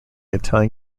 italian